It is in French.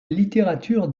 littérature